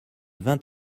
vingt